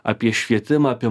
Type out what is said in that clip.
apie švietimą apie